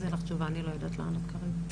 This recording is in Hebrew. תקופה שהיא בכל העולם כמובן קורית,